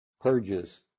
purges